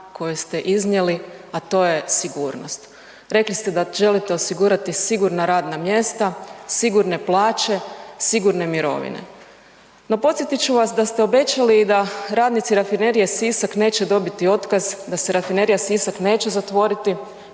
kojeg ste iznijeli, a to je sigurnost. Rekli ste da želite osigurati sigurna radna mjesta, sigurne plaće, sigurne mirovine. No podsjetit ću vas da ste obećali da radnici Rafinerije Sisak neće dobiti otkaz, da se Rafinerija Sisak neće zatvoriti,